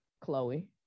Chloe